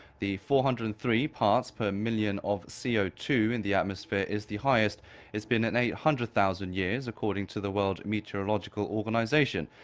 the four hundred and three parts per million of c o two in the atmosphere, is the highest it's been in eight hundred thousand years. according to the world meteorological organisation.